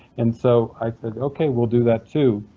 and so i said, okay, we'll do that too.